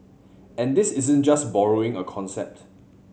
and this isn't just borrowing a concept